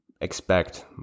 expect